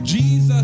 Jesus